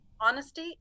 honesty